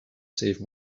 save